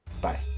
Bye